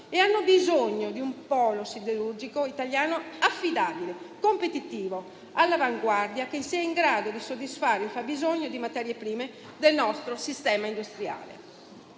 e hanno bisogno di un polo siderurgico italiano affidabile, competitivo e all'avanguardia, che sia in grado di soddisfare il fabbisogno di materie prime del nostro sistema industriale.